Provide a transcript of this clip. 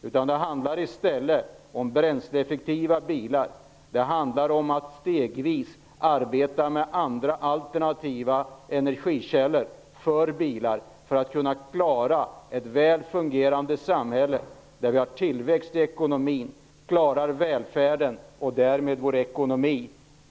I stället handlar det om bränsleeffektiva bilar och om att stegvis arbeta med andra alternativa energikällor för bilar för att kunna klara ett väl fungerande samhälle, där vi har en tillväxt i ekonomin och där vi klarar välfärden och därmed vår ekonomi.